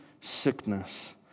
sickness